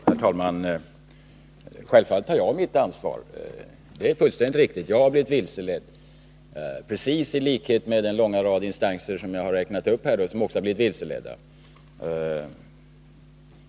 Herr talman! Självfallet tar jag mitt ansvar — det är fullständigt riktigt. Jag har blivit vilseledd, precis i likhet med den långa rad instanser som jag räknat upp här och som också har blivit vilseledda.